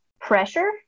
pressure